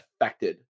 affected